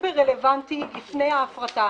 סופר רלוונטי לפני ההפרטה.